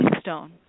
stone